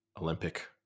Olympic